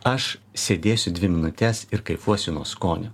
aš sėdėsiu dvi minutes ir kaifuosiu nuo skonio